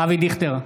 אבי דיכטר,